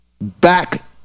back